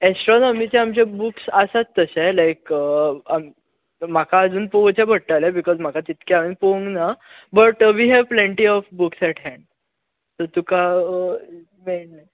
एस्ट्रोनोमीचे आमचे बूक आसात तशे लायक म्हाका अजून पळोवचे पडटले बीकोज तितके हांवेंन पोवंक ना but we have plenty of books at hands so तुका मेळटले